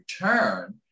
return